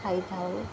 ଖାଇଥାଉ